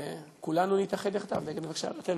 וכולנו נתאחד יחדיו נגד מבקשי רעתנו.